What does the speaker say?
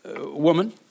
woman